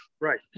Right